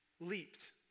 leaped